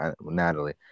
Natalie